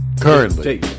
Currently